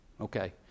Okay